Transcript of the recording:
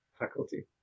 Faculty